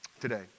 today